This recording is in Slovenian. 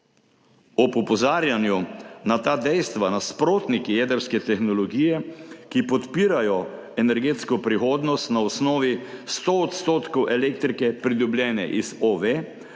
Ob opozarjanju na ta dejstva nasprotniki jedrske tehnologije, ki podpirajo energetsko prihodnost na osnovi 100 % elektrike, pridobljene iz OVE,